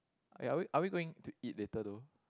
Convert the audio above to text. are we are we going to eat later though